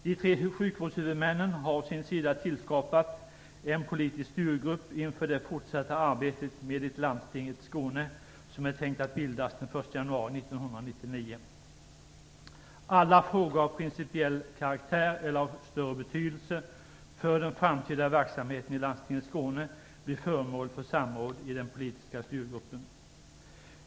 De tre sjukvårdshuvudmännen har å sin sida tillskapat en politisk styrgrupp inför det fortsatta arbetet mot Landstinget Skåne som är tänkt att bildas den 1 januari 1999. Alla frågor av principiell karaktär eller av större betydelse för den framtida verksamheten i Landstinget Skåne blir föremål för samråd i den politiska styrgruppen.